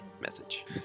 message